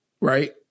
Right